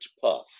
puff